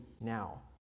now